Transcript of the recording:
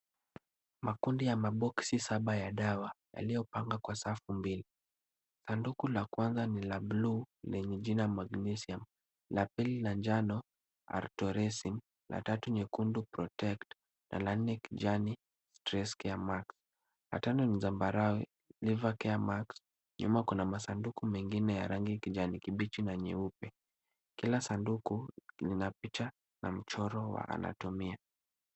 Makundi ya maboksi saba ya dawa yaliyopangwa kwa safu mbili. Sanduku la kwanza ni la bluu lenye jina Magnesium la pili ni la njano Artoresim la tatu nyekundu protect na la nne kijani Stresscaremark, la tano ni zambarau nervecaremarks nyuma kuna masanduku mengine ya kijani kibichi na meupe. Kila sanduku lina mchoro na anatumia.